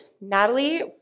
Natalie